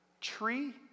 tree